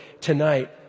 tonight